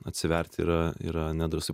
atsiverti yra yra nedrąsu